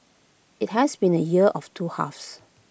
IT has been A year of two halves